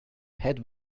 head